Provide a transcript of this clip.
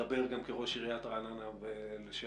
מדבר גם כראש עיריית רעננה לשעבר.